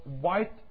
white